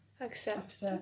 accept